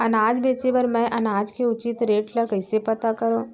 अनाज बेचे बर मैं अनाज के उचित रेट ल कइसे पता करो?